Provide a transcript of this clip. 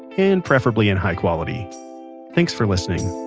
and preferably in high quality thanks for listening